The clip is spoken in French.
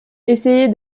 essayaient